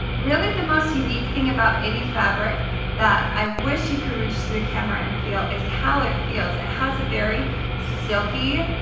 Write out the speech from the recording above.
really the most unique thing about ity fabric that i wish you could reach the camera and feel is how it feels. it has a very silky,